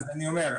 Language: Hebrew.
אז אני אומר,